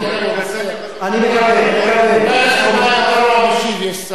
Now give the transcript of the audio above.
יש שר, הוא ישיב.